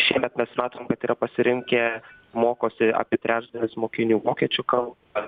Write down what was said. šiemet mes matom kad yra pasirinkę mokosi apie trečdalis mokinių vokiečių kalbą